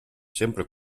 sempre